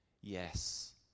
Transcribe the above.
yes